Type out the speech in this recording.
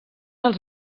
els